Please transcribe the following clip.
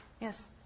Yes